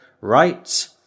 right